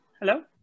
Hello